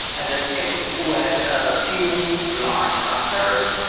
and the scheduled pool has a few large clusters,